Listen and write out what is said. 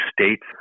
states